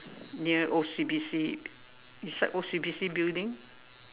near O_C_B_C beside O_C_B_C building